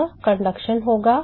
यहां चालन होगा